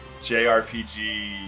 JRPG